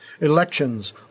elections